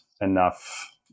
enough